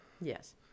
Yes